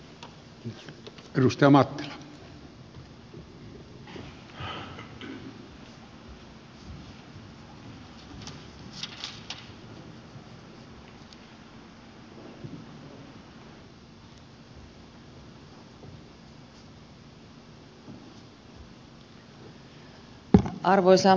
arvoisa herra puhemies